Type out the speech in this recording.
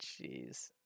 Jeez